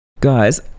Guys